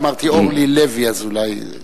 אמרתי: אורלי לוי אזולאי.